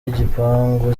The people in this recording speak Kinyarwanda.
y’igipangu